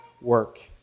work